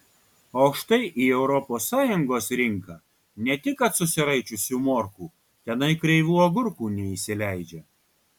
o štai į europos sąjungos rinką ne tik kad susiraičiusių morkų tenai kreivų agurkų neįsileidžia